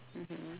mmhmm